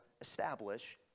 establish